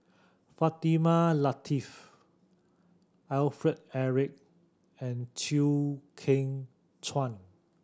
Fatimah Lateef Alfred Eric and Chew Kheng Chuan